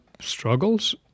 struggles